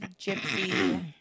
gypsy